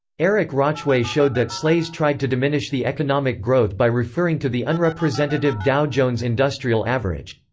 eric rauchway showed that shlaes tried to diminish the economic growth by referring to the unrepresentative dow jones industrial average.